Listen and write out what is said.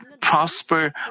prosper